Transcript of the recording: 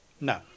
No